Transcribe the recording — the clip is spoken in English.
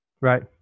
Right